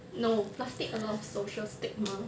no plastic a lot of social stigma